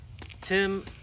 tim